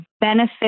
benefit